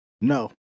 No